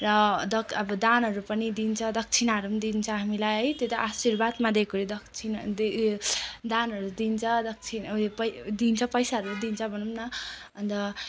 र दक अब दानहरू पनि दिन्छ दक्षिणाहरू पनि दिन्छ हामीलाई है त्यो त आशीर्वादमा दिएको अरे दक्षिणा दानहरू दिन्छ दक्षि उयो पै दिन्छ पैसाहरू पनि दिन्छ भनौँ न अन्त